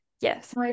yes